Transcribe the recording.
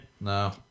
No